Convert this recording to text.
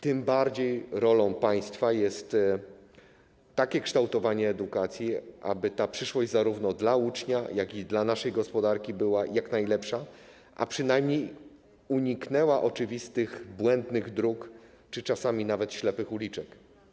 Tym bardziej rolą państwa jest takie kształtowanie edukacji, aby ta przyszłość zarówno dla ucznia, jak i dla naszej gospodarki była jak najlepsza, żeby przynajmniej uniknęła oczywistych błędnych dróg czy czasami nawet ślepych uliczek.